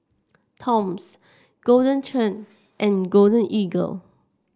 Toms Golden Churn and Golden Eagle